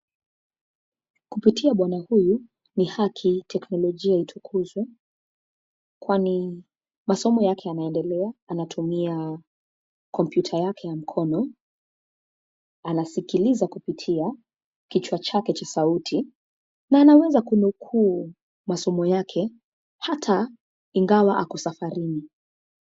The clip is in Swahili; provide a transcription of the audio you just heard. Kupitia bwana huyu, ni haki teknolojia itukuzwe kwani, masomo yake yanaendelea. Anatumia kompyuta yake ya mkono, anasikiliza kupitia kichwa chake cha sauti na anaweza kunukuu masomo yake hata ingawa ako safarini.